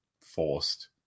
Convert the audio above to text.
forced